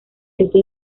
este